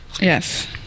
Yes